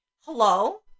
hello